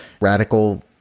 radical